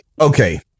okay